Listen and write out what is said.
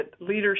leadership